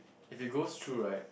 if it goes through right